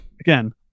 again